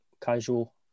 casual